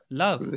love